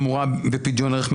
תמורה על פדיונות,